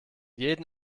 jeden